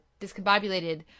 discombobulated